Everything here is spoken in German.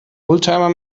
oldtimer